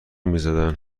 میزدن